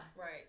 Right